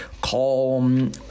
calm